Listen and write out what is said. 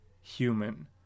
human